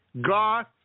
God